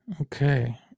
Okay